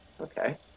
Okay